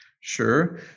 Sure